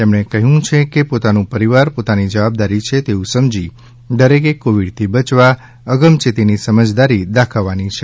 તેમણે કહ્યું છે કે પોતાનું પરિવાર પોતાની જવાબદારી છે તેવું સમજી દરેકે કોવિડથી બચવા અગમચેતીની સમજદારી દાખવવાની છે